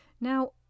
Now